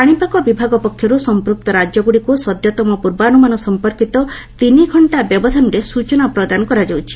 ପାଶିପାଗ ବିଭାଗ ପକ୍ଷରୁ ସମ୍ପୃକ୍ତ ରାଜ୍ୟଗୁଡ଼ିକୁ ସଦ୍ୟତମ ପୂର୍ବାନୁମାନ ସମ୍ପର୍କିତ ତିନି ଘକ୍ଷା ବ୍ୟବଧାନରେ ସୂଚନା ପ୍ରଦାନ କରାଯାଉଛି